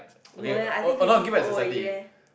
no leh I think fifty too old already leh